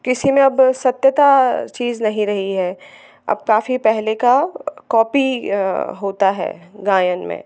किसी में अब सत्यता चीज़ नहीं रही है अब काफ़ी पहले का कॉपी होता है गायन में